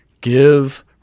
give